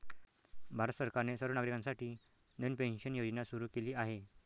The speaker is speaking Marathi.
भारत सरकारने सर्व नागरिकांसाठी नवीन पेन्शन योजना सुरू केली आहे